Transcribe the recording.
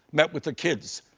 met with the kids,